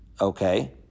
Okay